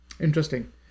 Interesting